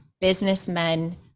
businessmen